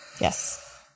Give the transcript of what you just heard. Yes